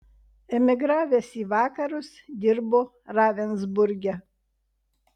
emigravęs į vakarus dirbo ravensburge